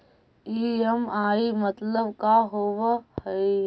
EMI मतलब का होब हइ?